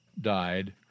died